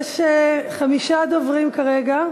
חמישה דוברים כרגע,